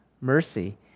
mercy